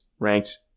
ranked